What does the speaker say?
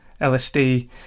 LSD